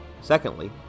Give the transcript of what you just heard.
Secondly